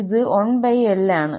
ഇത് 1lആണ്